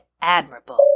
admirable